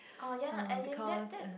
oh ya lah as in that that